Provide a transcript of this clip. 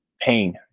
pain